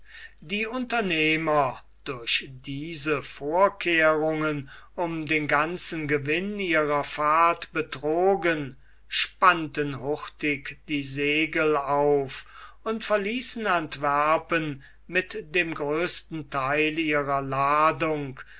die unternehmer durch diese vorkehrungen um den ganzen gewinn ihrer fahrt betrogen spannten hurtig die segel auf und verließen antwerpen mit dem größten theil ihrer ladung